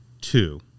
two